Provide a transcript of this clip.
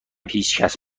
هیچکس